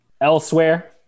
Elsewhere